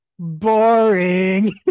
boring